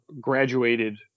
graduated